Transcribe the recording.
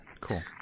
Cool